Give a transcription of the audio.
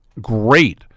great